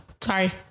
sorry